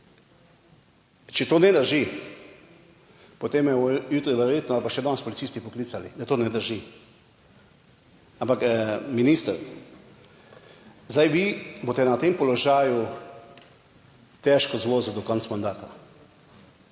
če to ne drži, potem me bodo jutri verjetno ali pa še danes policisti poklicali, da to ne drži. Ampak minister, zdaj vi boste na tem položaju težko zvozili do konca mandata,